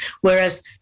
whereas